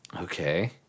Okay